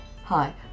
Hi